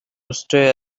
stay